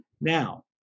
Now